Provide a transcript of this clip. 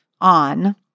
on